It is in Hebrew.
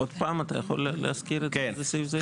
עוד פעם, אתה יכול להזכיר איזה סעיף זה?